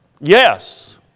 Yes